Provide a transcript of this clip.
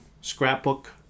scrapbook